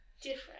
different